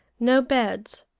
no beds,